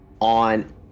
on